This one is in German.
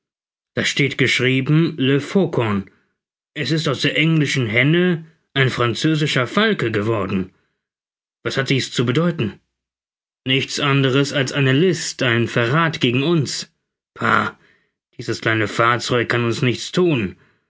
da steht geschrieben le faucon es ist aus der englischen henne ein französischer falke geworden was hat dies zu bedeuten nichts anderes als eine list ein verrath gegen uns pah dieses kleine fahrzeug kann uns nichts thun